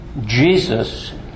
Jesus